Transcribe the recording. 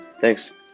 Thanks